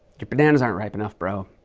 your bananas aren't ripe enough, bro,